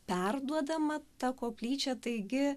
perduodama ta koplyčia taigi